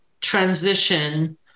transition